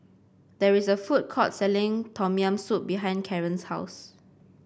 there is a food court selling Tom Yam Soup behind Karen's house